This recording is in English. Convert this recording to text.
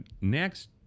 next